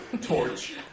Torch